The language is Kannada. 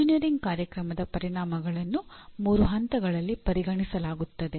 ಎಂಜಿನಿಯರಿಂಗ್ ಕಾರ್ಯಕ್ರಮದ ಪರಿಣಾಮಗಳನ್ನು ಮೂರು ಹಂತಗಳಲ್ಲಿ ಪರಿಗಣಿಸಲಾಗುತ್ತದೆ